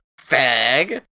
fag